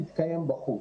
היא תתקיים בחוץ.